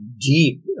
deep